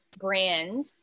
brand